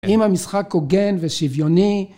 אם המשחק הוגן ושוויוני.